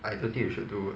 I don't think you should do